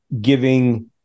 giving